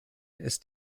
ist